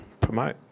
promote